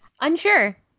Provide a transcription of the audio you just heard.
unsure